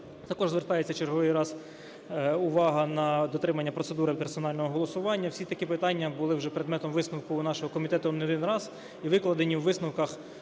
Також звертається черговий раз увага на дотримання процедури персонального голосування. Всі такі питання були вже предметом висновку нашого комітету не один раз і викладені у висновках